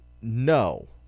no